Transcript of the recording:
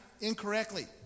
incorrectly